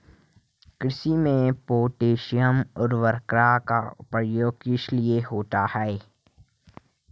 कृषि में पोटैशियम उर्वरक का प्रयोग किस लिए होता है?